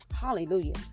Hallelujah